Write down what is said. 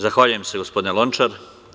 Zahvaljujem se gospodine Lončar.